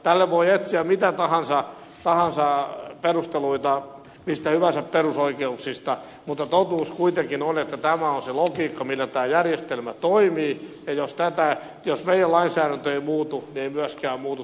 tälle voi etsiä mitä tahansa perusteluita mistä hyvänsä perusoikeuksista mutta totuus kuitenkin on että tämä on se logiikka millä tämä järjestelmä toimii ja jos meidän lainsäädäntömme ei muutu ei myöskään muutu tämä käytäntö